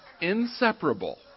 inseparable